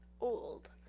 old